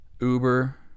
Uber